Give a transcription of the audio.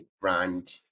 brand